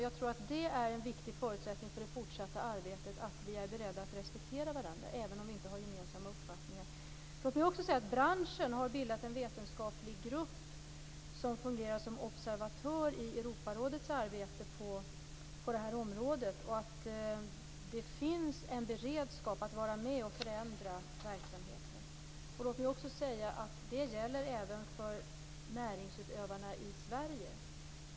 Jag tror att det är en viktig förutsättning för det fortsatta arbetet att vi är beredda att respektera varandra, även om vi inte har gemensamma uppfattningar. Branschen har bildat en vetenskaplig grupp som fungerar som observatör i Europarådets arbete på detta område. Det finns en beredskap för att vara med och förändra verksamheten. Det gäller även för näringsutövarna i Sverige.